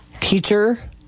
teacher